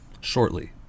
shortly